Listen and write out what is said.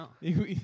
No